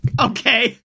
Okay